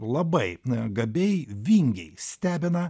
labai grabiai vingiai stebina